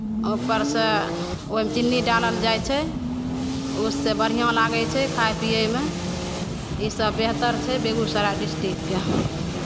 ऊपरसँ ओहिमे चीनी डालल जाइ छै उससे बढ़िआँ लागै छियै खाय पियैमे इसभ बेहतर छै बेगूसराय डिस्ट्रिक्टके